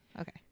Okay